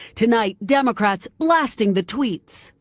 tonight democrats blasting the tweets.